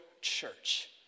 church